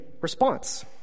response